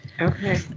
Okay